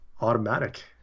Automatic